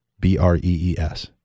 B-R-E-E-S